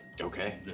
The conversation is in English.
Okay